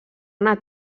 una